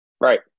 Right